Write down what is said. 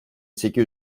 sekiz